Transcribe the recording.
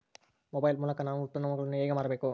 Mobile ಮೂಲಕ ನಾನು ಉತ್ಪನ್ನಗಳನ್ನು ಹೇಗೆ ಮಾರಬೇಕು?